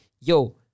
Yo